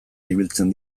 biltzen